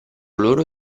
loro